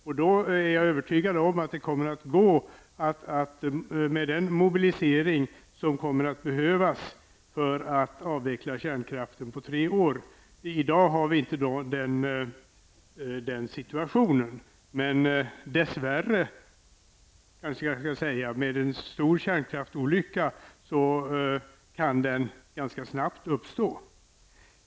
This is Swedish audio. Jag är övertygad om att vi kommer att lyckas med den mobilisering som behövs för att avveckla kärnkraften på tre år. Men i dag är vi inte i den situationen. Men -- dess värre, kanske jag skulle säga -- efter en stor kärnkraftsolycka skulle den situationen ganska snabbt kunna uppstå.